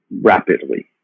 rapidly